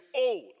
old